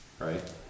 right